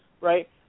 right